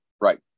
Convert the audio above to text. right